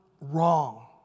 wrong